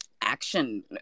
action